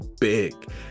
big